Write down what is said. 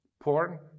porn